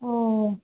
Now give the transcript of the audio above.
உம்